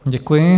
Děkuji.